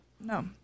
No